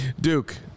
Duke